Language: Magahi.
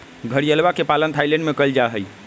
घड़ियलवा के पालन थाईलैंड में कइल जाहई